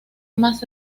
más